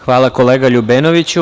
Hvala kolega Ljubenoviću.